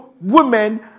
women